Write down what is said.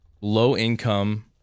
low-income